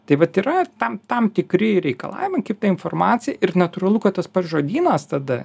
taip vat yra tam tam tikri reikalavimai kaip ta informacijai ir natūralu kad tas pats žodynas tada